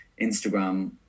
Instagram